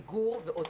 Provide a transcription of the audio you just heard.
פיגור ואוטיזם.